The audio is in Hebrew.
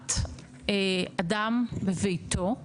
השארת אדם בביתו,